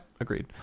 Agreed